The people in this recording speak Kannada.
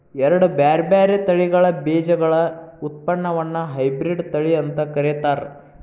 ಎರಡ್ ಬ್ಯಾರ್ಬ್ಯಾರೇ ತಳಿಗಳ ಬೇಜಗಳ ಉತ್ಪನ್ನವನ್ನ ಹೈಬ್ರಿಡ್ ತಳಿ ಅಂತ ಕರೇತಾರ